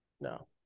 no